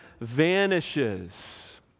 vanishes